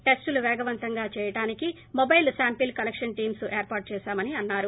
టిస్ట్ లు వేగవంతంగా చేయడానికి మొబైల్ శ్యాంపిల్ కలెక్షన్ టీమ్స్ ఏర్పాటు చేశామని అన్నారు